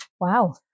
Wow